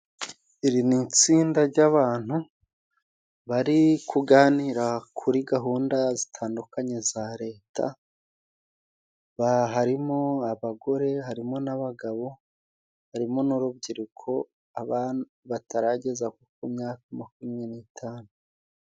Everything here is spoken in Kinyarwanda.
Iri ni itsinda ry'abantu bari kuganira kuri gahunda zitandukanye za Leta. Harimo abagore harimo n'abagabo, harimo n'urubyiruko abana batarageza ku myaka makumyabiri n'itanu.